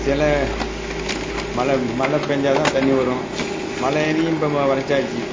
சில மழ மழ பேஞ்சால்தான் தண்ணி வரும் மழ நீர் இப்போ இப்போ வறட்சி ஆயிடுச்சு